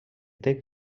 text